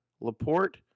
LaPorte